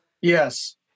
Yes